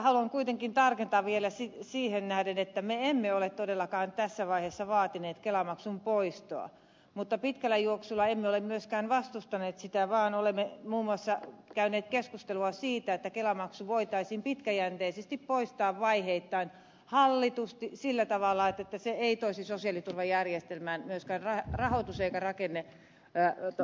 haluan kuitenkin tarkentaa vielä siihen nähden että me emme ole todellakaan tässä vaiheessa vaatineet kelamaksun poistoa mutta pitkällä juoksulla emme ole myöskään vastustaneet sitä vaan olemme muun muassa käyneet keskustelua siitä että kelamaksu voitaisiin pitkäjänteisesti poistaa vaiheittain hallitusti sillä tavalla että se ei toisi sosiaaliturvajärjestelmään myöskään rahoitus eikä rakenneongelmia